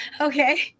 Okay